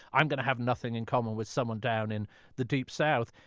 i'm going to have nothing in common with someone down in the deep south.